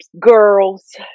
Girls